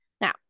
Now